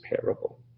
parable